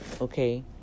Okay